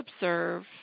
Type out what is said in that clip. observe